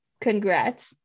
Congrats